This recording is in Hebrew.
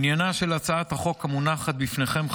עניינה של הצעת החוק המונחת בפניכם,